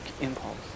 impulse